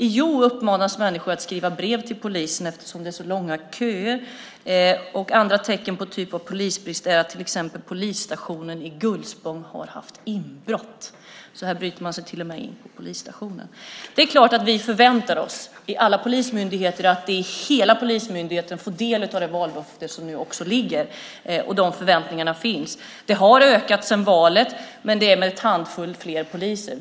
I Hjo uppmanas människor att skriva brev till polisen eftersom det är så långa köer. Andra tecken på polisbrist är till exempel att polisstationen i Gullspång har haft inbrott. Här bryter man sig alltså till och med in på polisstationen. Det är klart att vi förväntar oss att alla polismyndigheter får del av det vallöfte som finns. De förväntningarna finns. Det har ökat sedan valet, men det är med en handfull fler poliser.